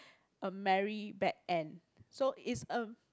a merry bad end so is a